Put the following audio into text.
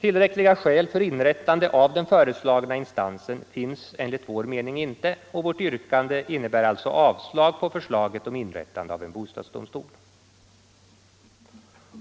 Tillräckliga skäl för inrättande av den föreslagna instansen finns enligt vår mening inte, och vårt yrkandé innebär alltså avslag på förslaget om inrättande av en bostadsdomstol.